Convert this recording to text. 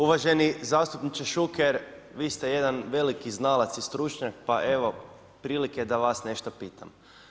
Uvaženi zastupniče Šuker, vi ste jedan veliki znalac i stručnjak, pa evo prilike da vas nešto pitam.